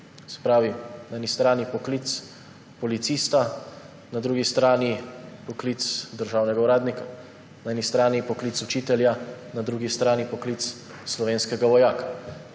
pravi na eni strani poklic policista, na drugi strani poklic državnega uradnika, na eni strani poklic učitelja, na drugi strani poklic slovenskega vojaka.